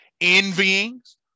envyings